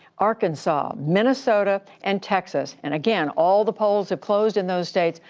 arkansas, minnesota, and texas. and, again, all the polls have closed in those states,